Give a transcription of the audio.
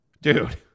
Dude